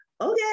okay